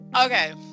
Okay